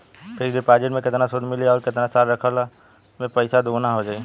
Fix deposit मे केतना सूद मिली आउर केतना साल रखला मे पैसा दोगुना हो जायी?